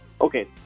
okay